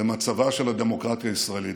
למצבה של הדמוקרטיה הישראלית,